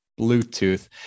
Bluetooth